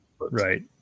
Right